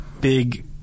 big